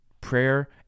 Prayer